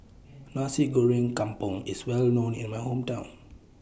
Nasi Goreng Kampung IS Well known in My Hometown